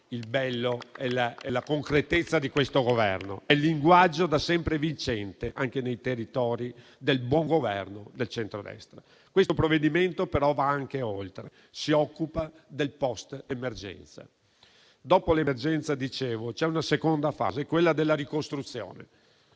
il bello e la concretezza di questo Governo, è il linguaggio da sempre vincente, anche nei territori, del buon governo del centrodestra. Questo provvedimento però va anche oltre e si occupa del post-emergenza. Dopo l'emergenza - dicevo - c'è una seconda fase, quella della ricostruzione.